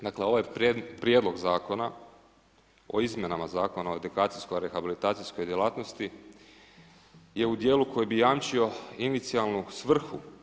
Dakle ovaj Prijedlog zakona o izmjenama Zakona o edukacijsko rehabilitacijskoj djelatnosti je u dijelu koji bi jamčio inicijalnu svrhu.